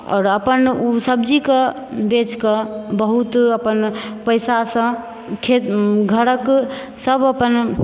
आओर अपन ओ सब्जी कऽ बेच कऽ बहुत अपन पैसासँ खेत घरक सब अपन